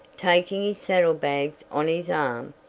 taking his saddle-bags on his arm,